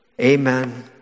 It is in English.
Amen